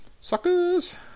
Suckers